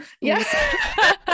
yes